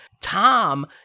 Tom